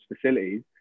facilities